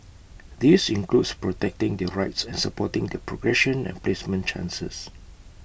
this includes protecting their rights and supporting their progression and placement chances